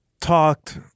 talked